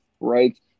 Right